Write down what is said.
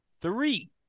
three